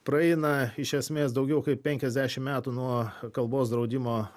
praeina iš esmės daugiau kaip penkiasdešimt metų nuo kalbos draudimo